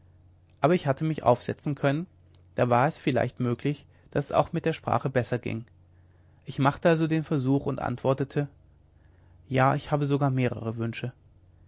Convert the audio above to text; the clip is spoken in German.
aber ich hatte mich aufsetzen können da war es vielleicht möglich daß es auch mit der sprache besser ging ich machte also den versuch und antwortete ja ich habe sogar mehrere wünsche